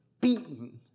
beaten